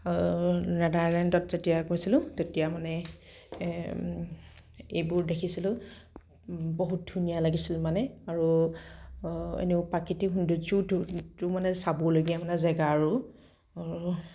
নেদাৰলেণ্ডত যেতিয়া গৈছিলোঁ তেতিয়া মানে এইবোৰ দেখিছিলোঁ বহুত ধুনীয়া লাগিছিল মানে আৰু এনেও প্ৰাকৃতিক সৌন্দৰ্য্যটোও মানে চাবলগীয়া মানে জেগা আৰু